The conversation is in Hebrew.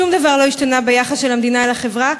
שום דבר לא השתנה ביחס של המדינה אל החברה.